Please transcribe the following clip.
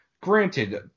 Granted